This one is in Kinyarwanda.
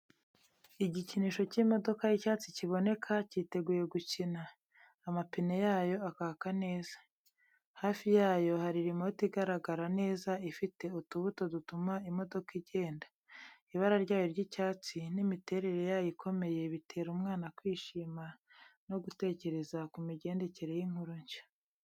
Igikinisho cy’imodoka y’icyatsi kiboneka cyiteguye gukina, amapine yayo akaka neza. Hafi yayo hari remote igaragara neza ifite utubuto dutuma imodoka igenda. Ibara ryayo ry’icyatsi n’imiterere yayo ikomeye bitera umwana kwishima no gutekereza ku migendekere y’inkuru nshya.